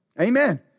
Amen